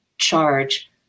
Charge